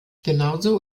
genauso